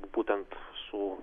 būtent su